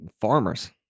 farmers